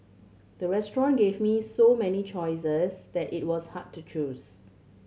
the restaurant gave me so many choices that it was hard to choose